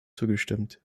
zugestimmt